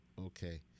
Okay